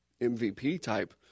MVP-type